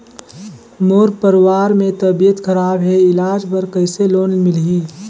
मोर परवार मे तबियत खराब हे इलाज बर कइसे लोन मिलही?